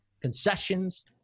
concessions